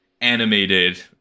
animated